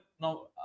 Now